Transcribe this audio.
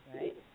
right